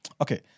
Okay